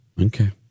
Okay